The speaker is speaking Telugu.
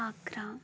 ఆగ్రా